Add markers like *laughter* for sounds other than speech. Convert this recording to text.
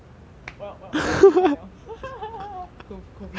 我要我要我要气喘 liao *laughs* cov~ covidiot